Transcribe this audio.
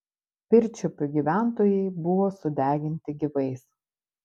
pirčiupių gyventojai buvo sudeginti gyvais